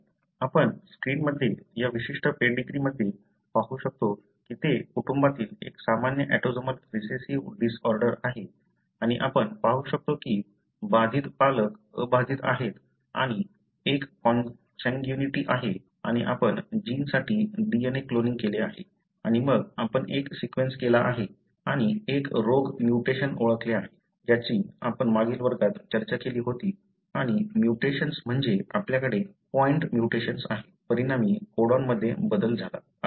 आपण स्क्रीनमध्ये या विशिष्ट पेडीग्रीमध्ये काय पाहू शकतो की ते कुटुंबातील एक सामान्य ऑटोसोमल रिसेस्सीव्ह डिसऑर्डर आहे आणि आपण पाहू शकतो की बाधित पालक अबाधित आहेत आणि एक कॉन्सन्ग्यूनिटी आहे आणि आपण जीनसाठी DNA क्लोनिंग केले आहे आणि मग आपण एक सीक्वेन्स केला आहे आणि एक रोग म्युटेशन ओळखले आहे ज्याची आपण मागील वर्गात चर्चा केली होती आणि म्युटेशन्स म्हणजे आपल्याकडे पॉईंट म्युटेशन्स आहे परिणामी कोडॉनमध्ये बदल झाला